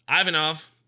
Ivanov